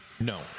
No